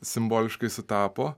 simboliškai sutapo